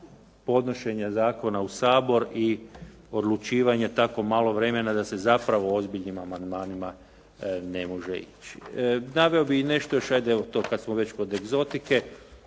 podnošenja zakona u Sabor i odlučivanja tako malo vremena da se zapravo ozbiljnim amandmanima ne može ići. Naveo bih i nešto, hajde evo to kad smo već kod egzotike.